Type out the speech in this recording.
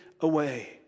away